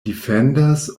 defenders